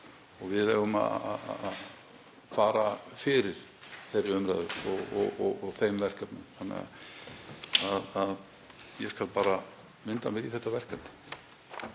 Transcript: og við eigum að fara fyrir þeirri umræðu og þeim verkefnum. Ég skal bara vinda mér í þetta verkefni.